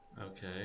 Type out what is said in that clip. Okay